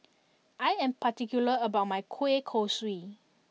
I am particular about my Kueh Kosui